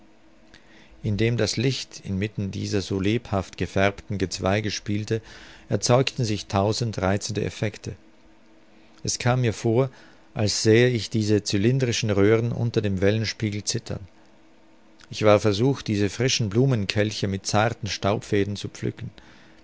indem das licht inmitten dieser so lebhaft gefärbten gezweige spielte erzeugten sich tausend reizende effecte es kam mir vor als sähe ich diese cylindrischen röhren unter dem wellenspiegel zittern ich war versucht diese frischen blumenkelche mit zarten staubfäden zu pflücken